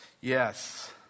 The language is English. Yes